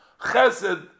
chesed